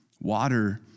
water